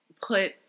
put